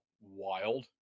wild